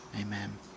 Amen